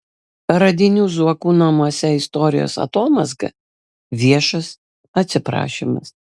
radinių zuokų namuose istorijos atomazga viešas atsiprašymas